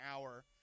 hour